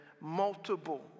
multiple